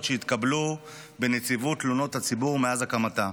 שהתקבלו בנציבות תלונות הציבור מאז הקמתה: